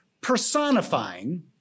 personifying